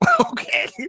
okay